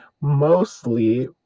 mostly